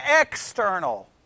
external